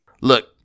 Look